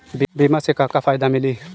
बीमा से का का फायदा मिली?